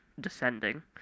descending